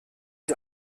ich